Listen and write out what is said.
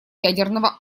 ядерного